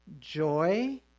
joy